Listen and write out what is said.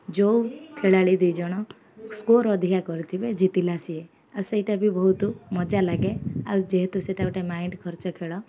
ଯେଉଁ ଖେଳାଳି ଦୁଇଜଣ ସ୍କୋର ଅଧିକା କରିଥିବେ ଜିତିଲା ସିଏ ଆଉ ସେଇଟା ବି ବହୁତ ମଜା ଲାଗେ ଆଉ ଯେହେତୁ ସେଇଟା ଗୋଟେ ମାଇଣ୍ଡ ଖର୍ଚ୍ଚ ଖେଳ